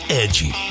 edgy